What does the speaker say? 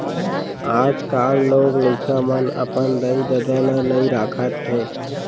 आजकाल लोग लइका मन अपन दाई ददा ल नइ राखत हें